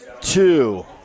two